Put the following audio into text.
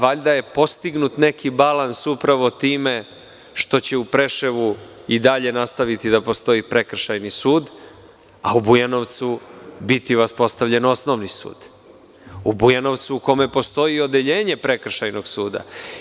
Valjda je postignut neki balans upravo time što će u Preševu i dalje nastaviti da postoji prekršajni sud, a u Bujanovcu biti uspostavljen osnovni sud, u Bujanovcu u kome postoji odeljenje prekršajnog suda.